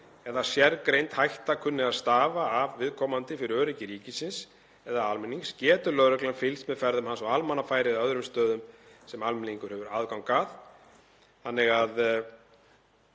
eða sérgreind hætta kann að stafa af viðkomandi fyrir öryggi ríkisins eða almennings getur lögreglan fylgst með ferðum hans á almannafæri eða öðrum stöðum sem almenningur hefur aðgang að. Ef við